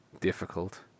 difficult